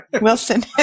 Wilson